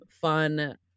fun